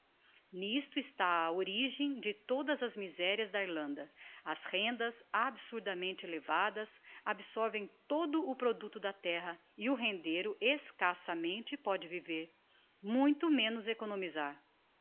n'isto está a origem de todas as miserias da irlanda as rendas absurdamente elevadas absorvem todo o producto da terra e o rendeiro escassamente póde viver muito menos economizar